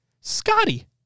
Scotty